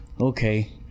okay